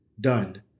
Done